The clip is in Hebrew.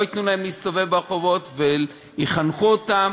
לא ייתנו להם להסתובב ברחובות, וינסו לחנך אותם